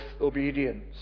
obedience